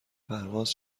پرواز